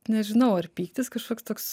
nežinau ar pyktis kažkoks toks